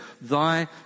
thy